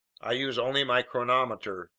i use only my chronometer,